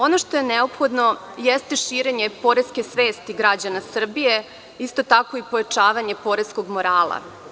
Ono što je neophodno jeste širenje poreske svesti građana Srbije, isto tako i pojačavanje poreskog morala.